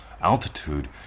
Altitude